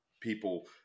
people